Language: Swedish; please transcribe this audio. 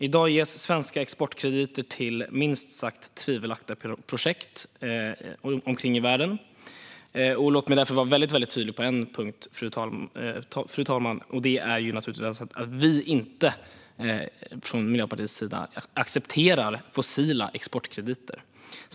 I dag ges svenska exportkrediter till minst sagt tvivelaktiga projekt runt omkring i världen, och låt mig vara väldigt tydlig på en punkt, fru talman: Från Miljöpartiets sida accepterar vi inte fossila exportkrediter.